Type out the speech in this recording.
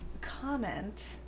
comment